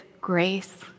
grace